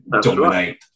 dominate